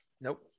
Nope